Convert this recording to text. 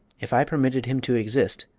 if i permitted him to exist,